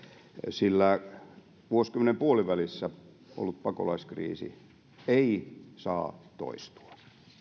sillä vuosikymmenen puolivälissä ollut pakolaiskriisi ei saa toistua